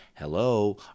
Hello